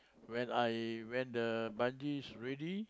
when I when the bungee is ready